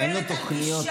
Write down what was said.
אני מדברת על גישה,